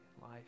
life